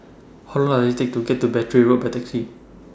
How Long Does IT Take to get to Battery Road By Taxi